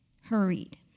Hurried